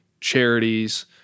charities